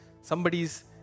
Somebody's